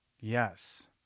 Yes